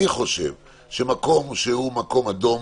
אני חושב שמקום שהוא מקום אדום,